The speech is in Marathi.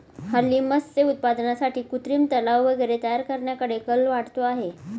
हल्ली मत्स्य उत्पादनासाठी कृत्रिम तलाव वगैरे तयार करण्याकडे कल वाढतो आहे